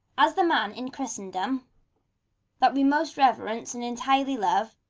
as the man in christendom that we most reverence and entirely love.